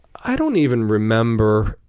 i don't even remember.